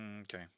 Okay